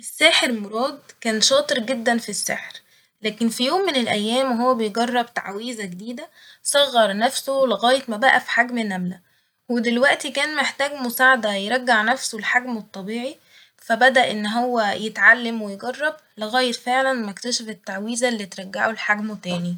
الساحر مراد كان شاطر جدا ف السحر ، لكن في يوم من الأيام وهو بيجرب تعويذة جديدة صغر نفسه لغاية ما بقى في حجم نملة ، ودلوقتي كان محتاج مساعدة يرجع نفسه لحجمه الطبيعي فبدأ إن هو يتعلم ويجرب لغاية فعلا ما اكتشف التعويزة اللي ترجعه لحجمه تاني